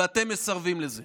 ואתם מסרבים לזה.